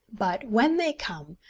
but when they come,